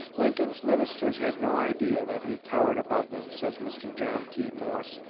lincoln's ministers had no idea that he towered above them, says mr. john t. morse,